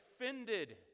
offended